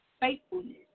faithfulness